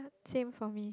same for me